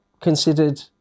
considered